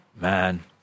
Man